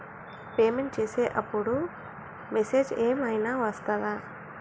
Payment చేసే అప్పుడు message ఏం ఐనా వస్తదా?